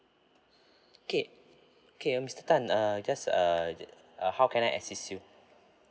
okay okay mister tan uh just uh uh how can I assist you